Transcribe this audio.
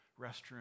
restroom